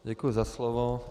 Děkuji za slovo.